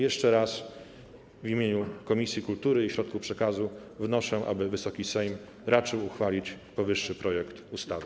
Jeszcze raz w imieniu Komisji Kultury i Środków Przekazu wnoszę, aby Wysoki Sejm raczył uchwalić powyższy projekt ustawy.